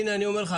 הנה אני אומר לך,